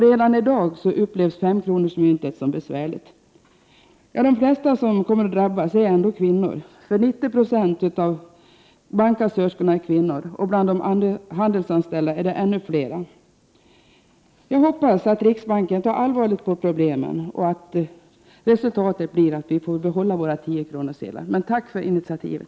Redan i dag upplevs 5-kronorsmyntet som besvärligt. De flesta av dem som kommer att drabbas är ändå kvinnor. 90 90 av ,bankkassörskorna är kvinnor, och bland de handelsanställda är det ännu fler. Jag hoppas att riksbanken tar allvarligt på problemen och att resultatet blir att vi får behålla våra 10-kronorssedlar. Tack för initiativet!